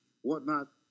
whatnot